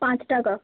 পাঁচ টাকা